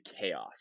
chaos